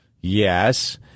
Yes